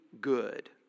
good